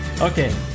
Okay